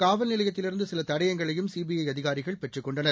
காவல்நிலையத்திலிருந்துசிலதடயங்களையும் சிபிஐஅதிகாரிகள் பெற்றுக் கொண்டனர்